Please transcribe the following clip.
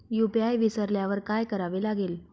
UPI विसरल्यावर काय करावे लागेल?